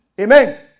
Amen